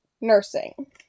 nursing